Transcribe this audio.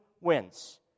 wins